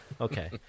Okay